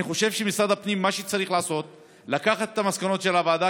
אני חושב שמה שמשרד הפנים צריך לעשות זה לקחת את המסקנות של הוועדה,